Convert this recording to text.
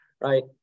right